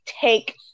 take